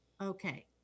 Okay